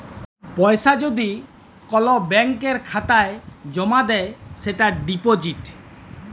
পয়সা যদি কল ব্যাংকের খাতায় জ্যমা দেয় সেটা ডিপজিট